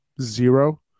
zero